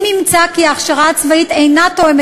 אם יימצא כי ההכשרה הצבאית אינה תואמת